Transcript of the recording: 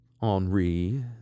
Henri